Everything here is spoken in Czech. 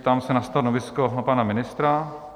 Ptám se na stanovisko pana ministra.